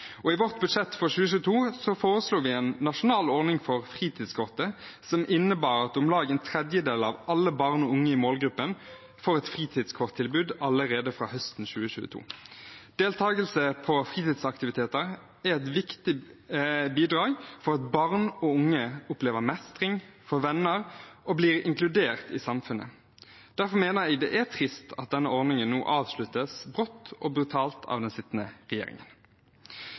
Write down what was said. I budsjettet vårt for 2022 foreslo vi en nasjonal ordning for fritidskortet som innebar at om lag en tredjedel av alle barn og unge i målgruppen får et fritidskorttilbud allerede fra høsten 2022. Deltakelse på fritidsaktiviteter er et viktig bidrag for at barn og unge opplever mestring, får venner og blir inkludert i samfunnet. Derfor mener jeg det er trist at denne ordningen nå avsluttes brått og brutalt av den sittende regjeringen.